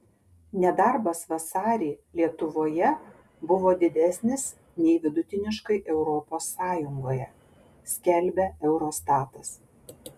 nedarbas vasarį lietuvoje buvo didesnis nei vidutiniškai europos sąjungoje skelbia eurostatas